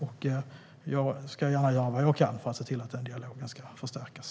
Jag ska gärna göra vad jag kan för att se till att den dialogen ska förstärkas.